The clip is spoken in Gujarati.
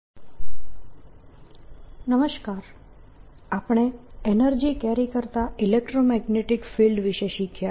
linear momentum angular momentum carried by electromagnetic fields આપણે એનર્જી કેરી કરતા ઇલેક્ટ્રોમેગ્નેટીક ફિલ્ડ વિશે શીખ્યા